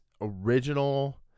original